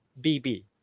BB